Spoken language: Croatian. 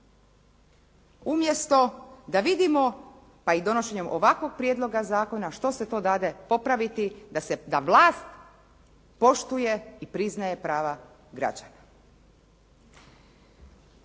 Umjesto da vidimo pa i donošenjem ovakvog prijedloga zakona, što se to dade popraviti da vlast poštuje i priznaje prava građana.